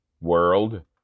World